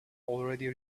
already